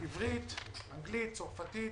עברית, אנגלית, צרפתית,